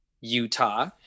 Utah